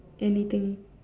anything